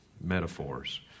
metaphors